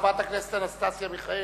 חברת הכנסת אנסטסיה מיכאלי.